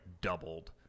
doubled